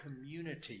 community